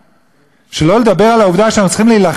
שלא לדבר על העובדה שאנחנו צריכים להילחם שעובד